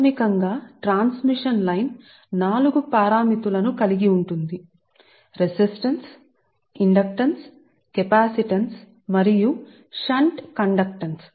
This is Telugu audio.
ప్రాథమికంగా ట్రాన్స్మిషన్ లైన్ నాలుగు పారామితులను కలిగి ఉంటుంది రెసిస్టన్స్ ఇండక్టెన్స్ కెపాసిటెన్స్ మరియు షంట్ కండక్టెన్స్